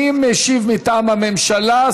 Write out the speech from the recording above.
מי משיב מטעם הממשלה?